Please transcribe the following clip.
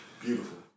Beautiful